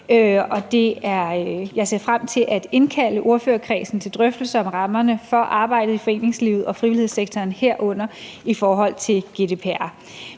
jeg ser frem til at indkalde ordførerkredsen til drøftelser om rammerne for arbejdet i foreningslivet og frivilligsektoren, herunder i forhold til GDPR.